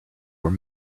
were